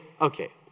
okay